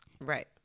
Right